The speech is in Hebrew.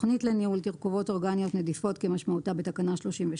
תכנית לניהול תרכובות אורגניות נדיפות כמשמעותה בתקנה 32,